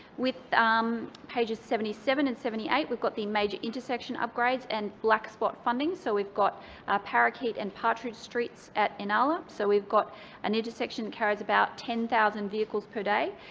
with um pages seventy seven and seventy eight, we've got the major intersection upgrades and black spot funding. so we've got parakeet and partridge streets at inala, so we've got an intersection that carries about ten thousand vehicles per day.